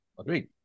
Agreed